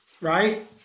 right